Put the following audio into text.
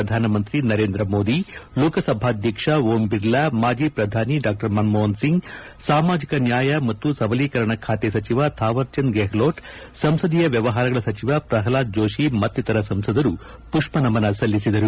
ಪ್ರಧಾನಮಂತ್ರಿ ನರೇಂದ್ರ ಮೋದಿ ಲೋಕಸಭಾಧ್ಯಕ್ಷ ಓಂ ಬಿರ್ಲಾ ಮಾಜಿ ಪ್ರಧಾನಿ ಮನಮೋಹನ್ಸಿಂಗ್ ಸಾಮಾಜಿಕ ನ್ಯಾಯ ಮತ್ತು ಸಬಲೀಕರಣ ಸಚಿವ ಥಾವರ್ಚಂದ್ ಗೆಹ್ಲೋಟ್ ಸಂಸದೀಯ ವ್ವವಹಾರಗಳ ಸಚಿವ ಪ್ರಹ್ಲಾದ್ ಜೋಷಿ ಮತ್ತಿತರ ಸಂಸದರು ಪುಷ್ಪನಮನ ಸಲ್ಲಿಸಿದರು